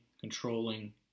controlling